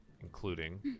including